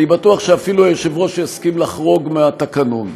אני בטוח שאפילו היושב-ראש יסכים לחרוג מהתקנון: